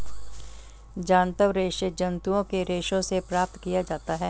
जांतव रेशे जंतुओं के रेशों से प्राप्त किया जाता है